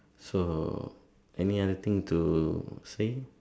so any other thing to say